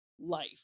life